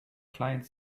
client